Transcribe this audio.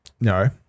no